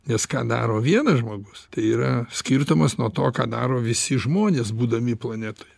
nes ką daro vienas žmogus tai yra skirtumas nuo to ką daro visi žmonės būdami planetoje